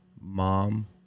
mom